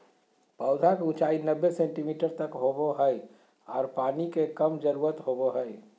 पौधा के ऊंचाई नब्बे सेंटीमीटर तक होबो हइ आर पानी के कम जरूरत होबो हइ